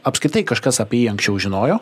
apskritai kažkas apie jį anksčiau žinojo